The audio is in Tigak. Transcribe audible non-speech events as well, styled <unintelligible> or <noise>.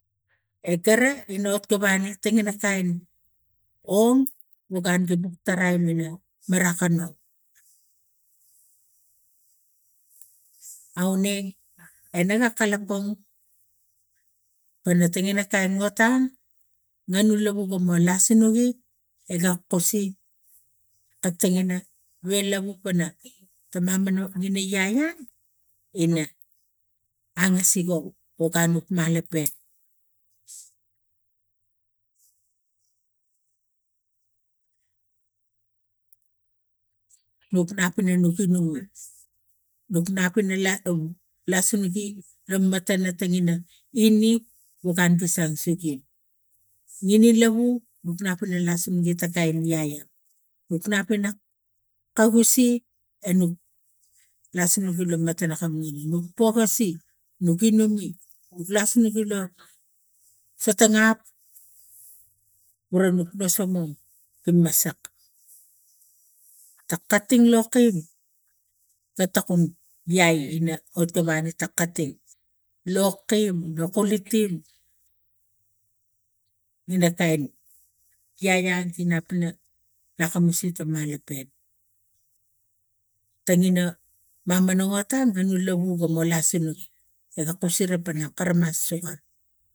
E gara ino okta wane tingena kain ong lo gun nok taraim ina marakano aurege ene ga kalapang pana tingena kain ota nganu manu lau gomo las sinugi ega kosi katenge na we lava pana mamana lov tono yaya ina angasiko no kain malope. Nuk nap ina nok inum nuk nap ina lasuligi la mata tingina ini lo kain kisa sigi nini lov nok nap ina kausi enok <unintelligible> nok pokasi nok inume <unintelligible> sota gap wara nuk mosong a gi masak ta kating lo kim ga tokum iai ina kain yaya ganap ina akamus la iana pena.